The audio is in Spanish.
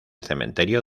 cementerio